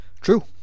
True